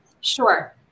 Sure